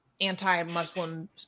anti-Muslim